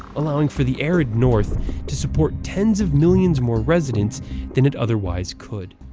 allowing for the arid north to support tens of millions more residents than it otherwise could.